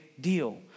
deal